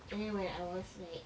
and then when I was like